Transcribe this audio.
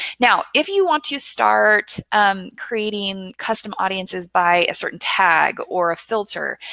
now, if you want to start creating custom audiences by a certain tag or a filter,